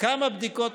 כמה בדיקות,